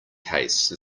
case